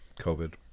COVID